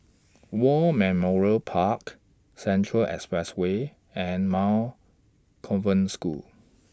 War Memorial Park Central Expressway and Convent School